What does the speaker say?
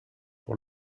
pour